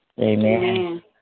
Amen